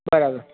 બરાબર